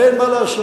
אין מה לעשות.